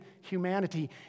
humanity